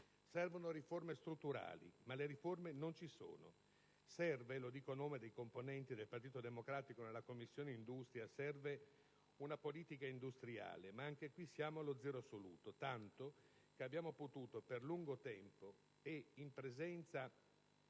Servono riforme strutturali, ma le riforme non ci sono. Serve - lo dico a nome dei componenti del Partito Democratico nella Commissione industria - una politica industriale; ma anche su questo siamo allo zero assoluto, tanto che abbiamo potuto per lungo tempo, in presenza